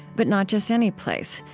but not just any place,